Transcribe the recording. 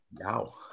Wow